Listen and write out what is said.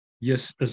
Yes